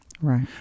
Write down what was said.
Right